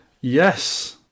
Yes